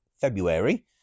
February